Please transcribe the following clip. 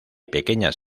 pequeñas